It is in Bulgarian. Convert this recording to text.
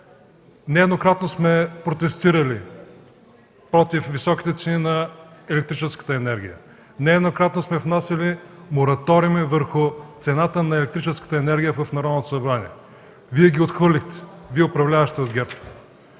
Нееднократно сме протестирали против високите цени на електрическата енергия, нееднократно сме внасяли мораториуми върху цената на електрическата енергия в Народното събрание. Вие ги отхвърлихте – Вие, управляващите от ГЕРБ!